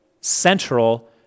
central